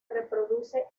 reproduce